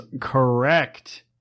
correct